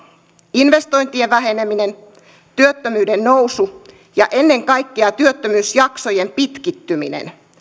investointien väheneminen työttömyyden nousu ja ennen kaikkea työttömyysjaksojen pitkittyminen